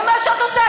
ומה שאת עושה,